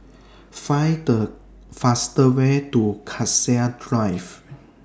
Find The faster Way to Cassia Drive